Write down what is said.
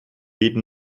jeden